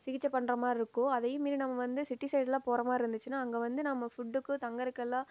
சிகிச்சை பண்ணுற மாதிரிருக்கும் அதையும் மீறி நம்ம வந்து சிட்டி சைடெலாம் போகிற மாதிரிருந்துச்சினா அங்கே வந்து நாம் ஃபுட்டுக்கு தங்கிறக்கெல்லாம்